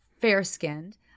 fair-skinned